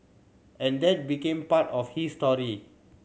and that became part of his story